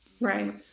Right